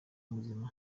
muzima